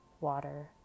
water